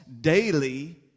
daily